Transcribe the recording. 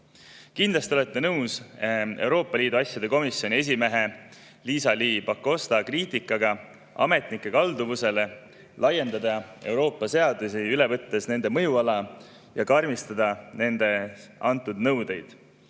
Kindlasti olete nõus Euroopa Liidu asjade komisjoni esimehe Liisa-Ly Pakosta kriitikaga ametnike kalduvusele laiendada Euroopa seadusi üle võttes nende mõjuala ja karmistada nende antud nõudeid.